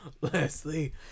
Leslie